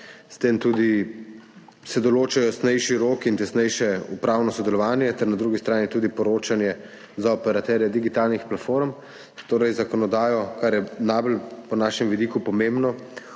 S tem se določa tudi jasnejši rok in tesnejše upravno sodelovanje ter na drugi strani tudi poročanje za operaterje digitalnih platform, torej zakonodaja, kar je z našega vidika najbolj